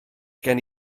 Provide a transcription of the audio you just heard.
gen